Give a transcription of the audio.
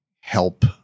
help